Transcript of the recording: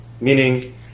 meaning